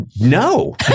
no